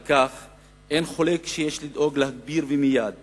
על כן אין חולק שיש לדאוג להגביר אותו ומייד,